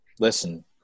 Listen